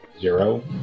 Zero